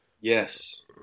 Yes